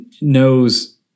knows